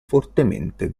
fortemente